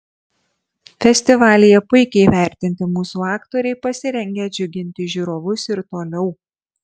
festivalyje puikiai įvertinti mūsų aktoriai pasirengę džiuginti žiūrovus ir toliau